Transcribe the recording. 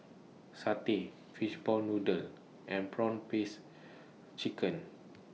Satay Fishball Noodle and Prawn Paste Chicken